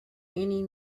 any